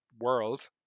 world